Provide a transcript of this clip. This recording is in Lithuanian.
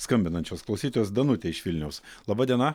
skambinančios klausytojos danutė iš vilniaus laba diena